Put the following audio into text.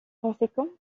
conséquent